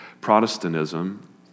Protestantism